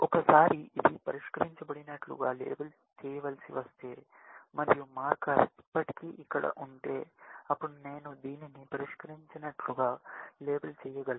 ఒకసారి ఇది పరిష్కరించబడినట్లుగా లేబుల్ చేయవలసి వస్తే మరియు మార్కర్ ఇప్పటికీ ఇక్కడ ఉంటే అప్పుడు నేను దీనిని పరిష్కరించినట్లుగా లేబుల్ చేయగలను